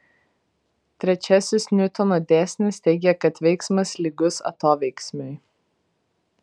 trečiasis niutono dėsnis teigia kad veiksmas lygus atoveiksmiui